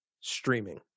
streaming